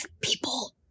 people